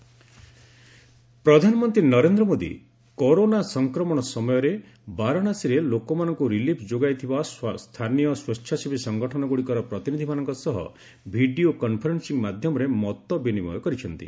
ପ୍ରଧାନମନ୍ତ୍ରୀ ବାରଣାସୀ ପ୍ରଧାନମନ୍ତ୍ରୀ ନରେନ୍ଦ୍ର ମୋଦୀ କରୋନା ସଂକ୍ରମଣ ସମୟରେ ବାରଣାସୀରେ ଲୋକମାନଙ୍କୁ ରିଲିଫ୍ ଯୋଗାଇଥିବା ସ୍ଥାନୀୟ ସ୍ପେଚ୍ଛାସେବୀ ସଂଗଠନଗୁଡ଼ିକର ପ୍ରତିନିଧିମାନଙ୍କ ସହ ଭିଡ଼ିଓ କନ୍ଫରେନ୍ସିଂ ମାଧ୍ୟମରେ ମତବିନିମୟ କରିଛନ୍ତି